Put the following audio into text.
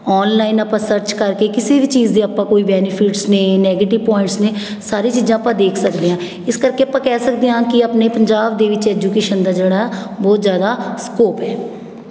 online ਆਪਾਂ search ਕਰਕੇ ਕਿਸੇ ਵੀ ਚੀਜ਼ ਦੀ ਆਪਾਂ ਕੋਈ ਬੈਨੀਫਿਟਸ ਨੇ ਨੈਗੇਟਿਵ ਪੁਆਇੰਟਸ ਨੇ ਸਾਰੀਆਂ ਚੀਜ਼ਾਂ ਆਪਾਂ ਦੇਖ ਸਕਦੇ ਹਾਂ ਇਸ ਕਰਕੇ ਆਪਾਂ ਕਹਿ ਸਕਦੇ ਹਾਂ ਕਿ ਆਪਣੇ ਪੰਜਾਬ ਦੇ ਵਿੱਚ ਐਜੂਕੇਸ਼ਨ ਦਾ ਜਿਹੜਾ ਬਹੁਤ ਜ਼ਿਆਦਾ ਸਕੋਪ ਹੈ